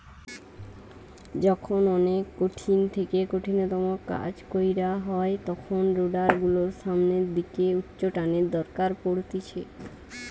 যখন অনেক কঠিন থেকে কঠিনতম কাজ কইরা হয় তখন রোডার গুলোর সামনের দিকে উচ্চটানের দরকার পড়তিছে